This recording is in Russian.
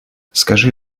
скажи